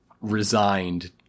resigned